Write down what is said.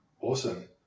awesome